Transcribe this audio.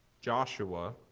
Joshua